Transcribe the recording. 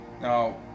now